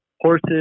horses